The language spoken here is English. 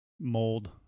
mold